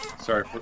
sorry